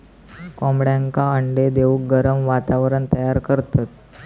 कोंबड्यांका अंडे देऊक गरम वातावरण तयार करतत